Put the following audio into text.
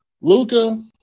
Luca